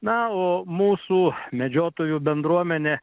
na o mūsų medžiotojų bendruomenė